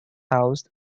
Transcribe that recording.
housed